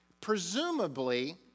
presumably